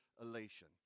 elation